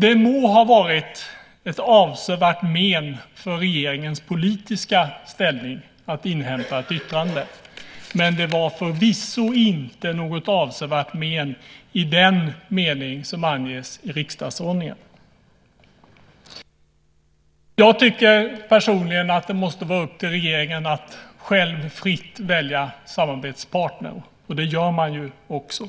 Det må ha varit ett avsevärt men för regeringens politiska ställning att inhämta ett yttrande, men det var förvisso inte något avsevärt men i den mening som anges i riksdagsordningen. Jag tycker personligen att det måste vara upp till regeringen att själv fritt välja samarbetspartner, och det gör man också.